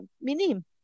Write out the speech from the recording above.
Minim